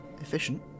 efficient